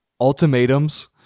ultimatums